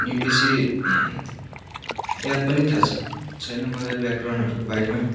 अनि बेसी याद पनि था छ् छैन मलाई व्याकरणहरूको बारेमा